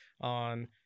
on